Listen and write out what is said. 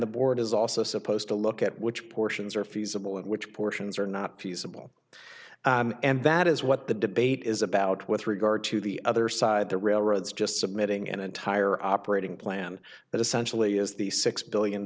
the board is also supposed to look at which portions are feasible and which portions are not feasible and that is what the debate is about with regard to the other side the railroads just submitting an entire operating plan that essentially is the six billion